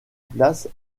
place